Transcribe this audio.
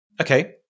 Okay